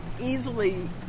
easily